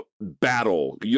battle